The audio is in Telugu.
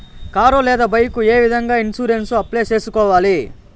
కారు లేదా బైకు ఏ విధంగా ఇన్సూరెన్సు అప్లై సేసుకోవాలి